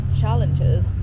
challenges